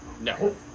No